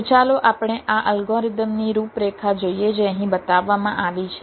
તો ચાલો આપણે આ અલ્ગોરિધમની રૂપરેખા જોઈએ જે અહીં બતાવવામાં આવી છે